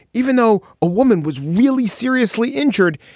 even though a woman was really seriously injured,